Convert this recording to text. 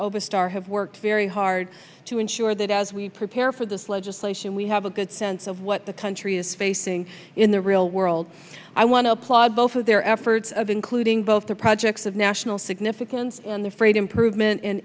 over star have worked very hard to ensure that as we prepare for this legislation we have a good sense of what the country is facing in the real world i want to applaud both of their efforts of including both the projects of national significance and the freight improvement